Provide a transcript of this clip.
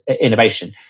Innovation